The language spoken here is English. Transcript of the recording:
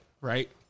right